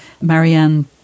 Marianne